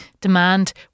demand